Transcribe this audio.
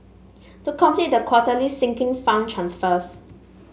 to complete the quarterly Sinking Fund transfers